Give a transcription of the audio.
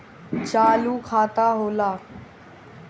चालू खाता का होला?